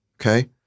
okay